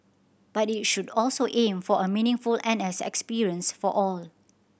but it should also aim for a meaningful N S experience for all